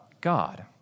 God